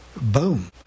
boom